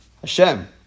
Hashem